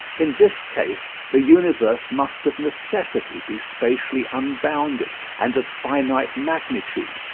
in this case the universe must of necessity be spatially unbounded and of finite magnitude,